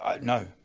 no